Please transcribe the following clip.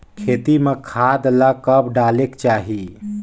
खेती म खाद ला कब डालेक चाही?